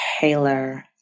Taylor